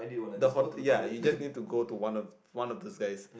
the hot ya you just need to go one of one of those guys